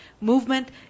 movement